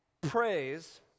Praise